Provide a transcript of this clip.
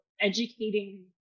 educating